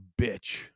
bitch